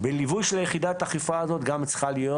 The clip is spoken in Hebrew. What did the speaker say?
בליווי של יחידת האכיפה הזאת גם צריכה להיות